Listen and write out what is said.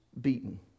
beaten